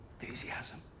Enthusiasm